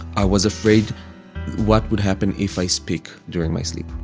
i was afraid what would happen if i speak during my sleep,